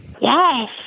Yes